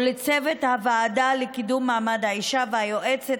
ולצוות הוועדה לקידום מעמד האישה והיועצת